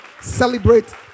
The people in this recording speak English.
Celebrate